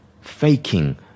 faking